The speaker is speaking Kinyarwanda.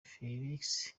félix